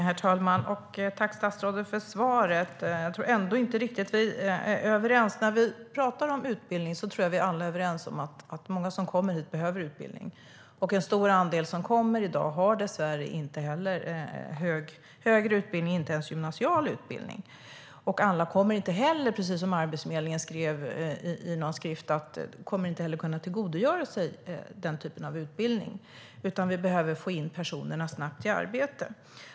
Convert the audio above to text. Herr talman! Tack, statsrådet, för svaret! Jag tror ändå inte att vi är riktigt överens. När vi pratar om utbildning tror jag att vi alla är överens om att många som kommer hit behöver utbildning. En stor andel som kommer i dag har dessvärre inte högre utbildning, inte ens gymnasial utbildning. Alla kommer inte heller, precis som Arbetsförmedlingen skrev i någon skrift, att kunna tillgodogöra sig den typen av utbildning. Vi behöver få in personerna snabbt i arbete.